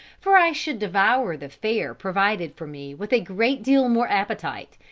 for i should devour the fare provided for me with a great deal more appetite,